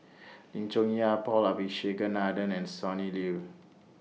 Lim Chong Yah Paul Abisheganaden and Sonny Liew